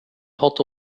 port